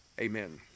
amen